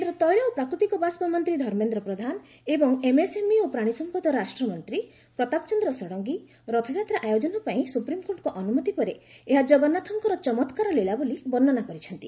କେନ୍ଦ୍ର ତୈଳ ଓ ପ୍ରାକୃତିକ ବାଷ୍ପ ମନ୍ତ୍ରୀ ଧର୍ମେନ୍ଦ୍ର ପ୍ରଧାନ ଏବଂ ଏମ୍ଏସ୍ଏମ୍ଇ ଓ ପ୍ରାଣୀ ସମ୍ପଦ ରାଷ୍ଟ୍ରମନ୍ତ୍ରୀ ପ୍ରତାପ ଚନ୍ଦ୍ର ଷଡ଼ଙ୍ଗୀ ରଥଯାତ୍ରା ଆୟୋଜନ ପାଇଁ ସୁପ୍ରିମ୍କୋର୍ଟଙ୍କ ଅନୁମତି ପରେ ଏହା ଜଗନ୍ନାଥଙ୍କର ଚମକ୍କାର ଲୀଳା ବୋଲି ବର୍ଷ୍ଣନା କରିଛନ୍ତି